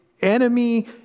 enemy